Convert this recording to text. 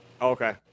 Okay